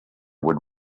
would